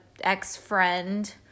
ex-friend